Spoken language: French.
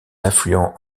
affluent